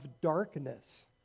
darkness